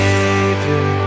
Savior